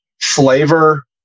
flavor